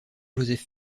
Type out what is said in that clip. joseph